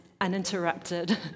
uninterrupted